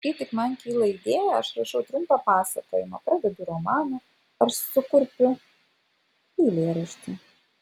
kai tik man kyla idėja aš rašau trumpą pasakojimą pradedu romaną ar sukurpiu eilėraštį